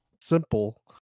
simple